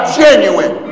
genuine